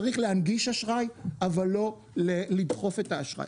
צריך להנגיש אשראי, אבל לא לדחוף את האשראי.